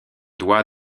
doigt